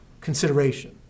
consideration